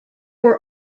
were